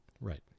Right